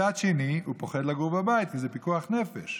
מצד שני, הוא פוחד לגור בבית, כי זה פיקוח נפש.